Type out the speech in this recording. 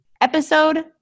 episode